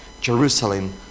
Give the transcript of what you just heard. Jerusalem